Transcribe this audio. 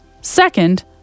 Second